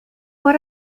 what